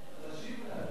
בבקשה.